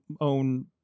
own